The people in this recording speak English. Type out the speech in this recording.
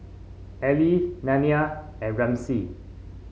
Allie Nelia and Ramsey